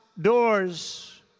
doors